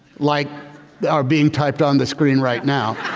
like are being typed on the screen right now.